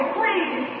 please